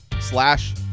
slash